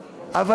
אבל,